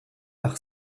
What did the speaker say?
par